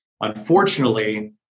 Unfortunately